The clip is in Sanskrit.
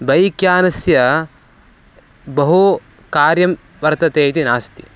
बैक्यानस्य बहु कार्यं वर्तते इति नास्ति